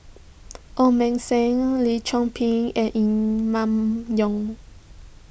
Ong Beng Seng Lim Chor Pee and Emma Yong